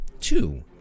Two